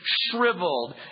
shriveled